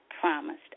promised